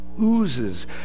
oozes